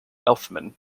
eltham